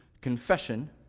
confession